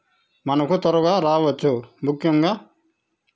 మనకు త్వరగా రావచ్చు ముఖ్యంగా